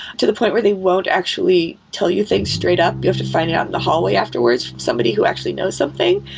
to the point where they won't actually tell you things straight up. you have to find out in the hallway afterwards with somebody who actually knows something.